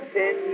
ten